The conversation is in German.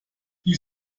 die